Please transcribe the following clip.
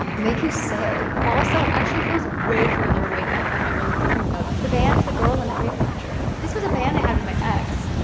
make you stay, also actually feels way further away than than my early disney stuff. the band, the girl and the dreamcatcher. this was a band i had with my ex.